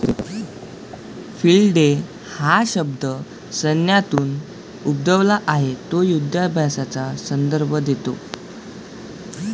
field day हा शब्द सैन्यातून उद्भवला आहे तो युधाभ्यासाचा संदर्भ देतो